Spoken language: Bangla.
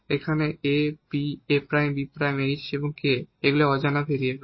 এখানে a b a' b' h k অজানা ভেরিয়েবল